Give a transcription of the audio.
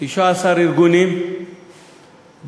19 ארגונים, דרוזי,